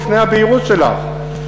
בפני הבהירות שלך.